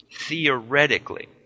Theoretically